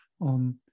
on